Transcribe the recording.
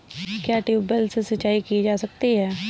क्या ट्यूबवेल से सिंचाई की जाती है?